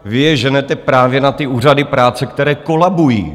Vy je ženete právě na ty úřady práce, které kolabují.